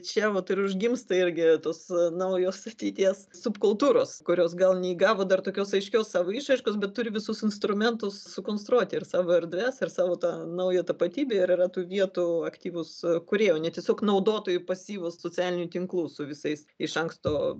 čia vat ir užgimsta irgi tos naujos ateities subkultūros kurios gal neįgavo dar tokios aiškios savo išraiškos bet turi visus instrumentus sukonstruoti ir savo erdves ir savo tą naują tapatybę ir yra tų vietų aktyvūs kūrėjai o ne tiesiog naudotojai pasyvūs socialinių tinklų su visais iš anksto